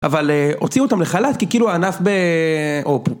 אבל הוציאו אותם לחל"ת כי כאילו הענף באופו.